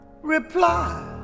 reply